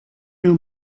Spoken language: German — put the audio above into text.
mir